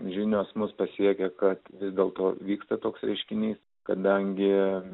žinios mus pasiekia kad vis dėl to vyksta toks reiškinys kadangi